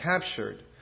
captured